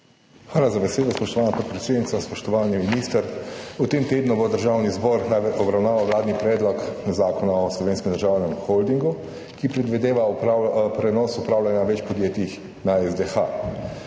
Hvala za besedo, spoštovana podpredsednica. Spoštovani minister! V tem tednu bo Državni zbor obravnaval vladni predlog zakona o Slovenskem državnem holdingu, ki predvideva prenos upravljanja več podjetij na SDH.